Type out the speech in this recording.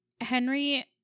Henry